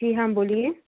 जी हाँ बोलिए